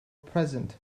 present